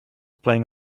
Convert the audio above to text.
playing